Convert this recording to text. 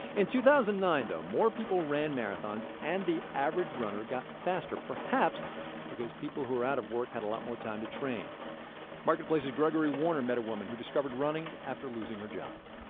in two thousand and nine, though, more people ran marathons and the average runner got faster, perhaps because people who're out of work had a lot more time to train marketplace's gregory warner met a woman who discovered running after losing her job